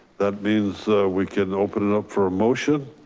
that means we can open it up for a motion.